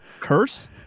Curse